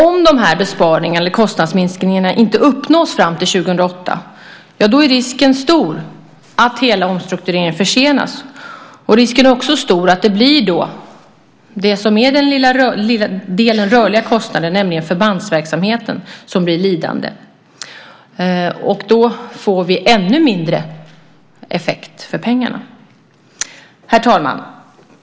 Om dessa besparingar eller kostnadsminskningar inte uppnås fram till 2008 är risken stor att hela omstruktureringen försenas. Risken är också stor att det i så fall blir den lilla delen rörliga kostnader, nämligen förbandsverksamheten, som blir lidande. Då får vi ännu mindre effekt för pengarna. Herr talman!